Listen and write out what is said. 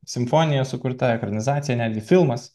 simfonija sukurta ekranizacija netgi filmas